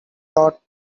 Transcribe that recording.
lot